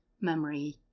memory